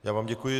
Já vám děkuji.